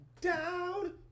down